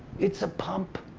it's a pump.